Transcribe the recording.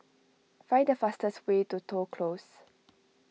find the fastest way to Toh Close